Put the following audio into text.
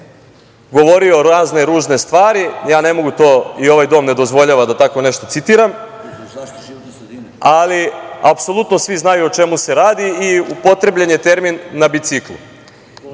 govorio razne ružne stvari. Ja ne mogu to i ovaj dom ne dozvoljava da tako nešto citiram, ali apsolutno svi znaju o čemu se radi. Upotrebljen je termin – na biciklu.